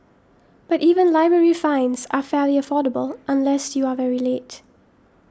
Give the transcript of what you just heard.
but even library fines are fairly affordable unless you are very late